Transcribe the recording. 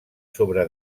sobre